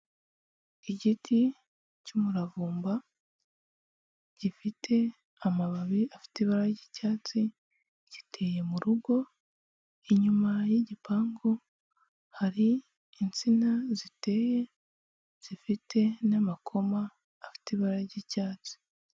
Igiti cy'umuravumba, gifite amababi afite ibara ry'icyatsi, giteye mu rugo, inyuma y'igipangu hari intsina ziteye, zifite n'amakoma afite ibara ry'icyatsi.